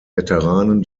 veteranen